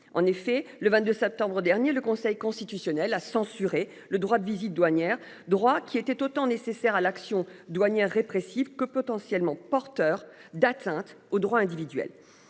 En effet, le 22 septembre dernier, le Conseil constitutionnel a censuré le droit de visite douanières droit qui était autant nécessaire à l'action douanières répressive que potentiellement porteurs d'atteinte aux droits individuels.